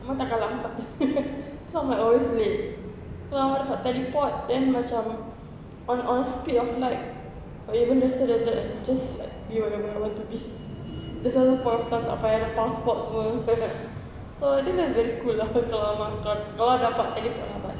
I takkan lambatnya cause I'm like always late kalau dapat teleport then macam on on the speed of light or even faster than that uh just like be wherever I want to be just teleport tak tak payah nak passport semua so I think that's very cool ah kalau kalau kalau dapat teleport lah